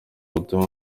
butumwa